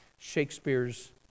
Shakespeare's